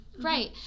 right